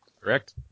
correct